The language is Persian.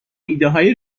ایدههای